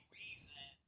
reason